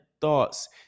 thoughts